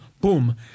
Boom